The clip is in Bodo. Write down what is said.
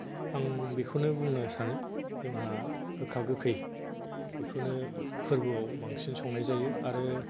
आं बेखौनो बुंनो सानो जोंहा गोखा गोखै बेखौनो फोरबोआव बांसिन संनाय जायो आरो